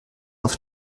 auf